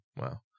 Wow